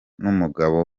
n’umugabo